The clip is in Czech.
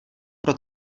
pro